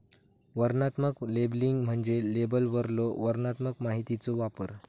वर्णनात्मक लेबलिंग म्हणजे लेबलवरलो वर्णनात्मक माहितीचो वापर